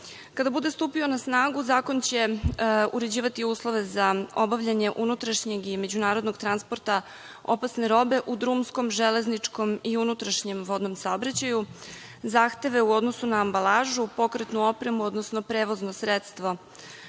robe. Kada bude stupio na snagu zakon će uređivati uslove za obavljanje unutrašnjeg i međunarodnog transporta opasne robe u drumskom, železničkom i unutrašnjem vodnom saobraćaju, zahteve u odnosu na ambalažu, pokretnu opremu, odnosno prevozna sredstva